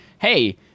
hey